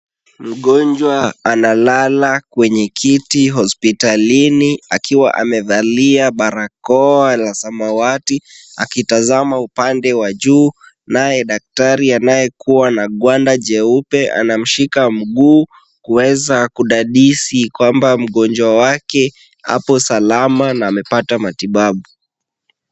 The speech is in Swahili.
Mgonjwa analala kwenye kiti hospitalini akiwa amevalia barakoa la samawati akitazama upande wa juu, naye daktari anaye kuwa na ngwanda jeupe anamshika mguu, kuweza kudadisi kwamba mgonjwa wake apo salama na amepata matibabu.